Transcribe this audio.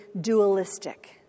dualistic